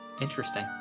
interesting